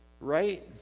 right